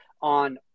on